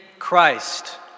Christ